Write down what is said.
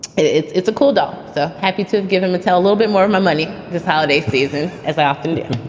it's it's a cool doll so happy to have given mattel a little bit more money this holiday season, as i often do